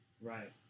Right